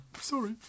sorry